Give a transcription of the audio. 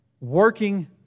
Working